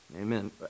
Amen